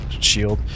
shield